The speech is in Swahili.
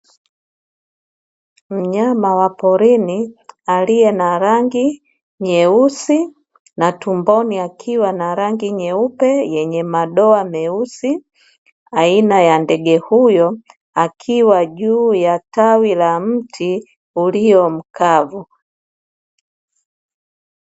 Mnyama wa porini aliye na rangi nyeusi, na tumboni akiwa na rangi nyupe yenye madoa meusi, aina ya ndege huyo akiwa juu ya tawi la mti ulio mkavu.